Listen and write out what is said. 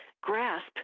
grasp